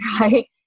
right